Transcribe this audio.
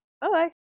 Bye